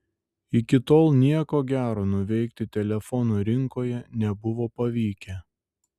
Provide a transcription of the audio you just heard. iki tol nieko gero nuveikti telefonų rinkoje nebuvo pavykę